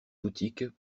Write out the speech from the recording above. boutiques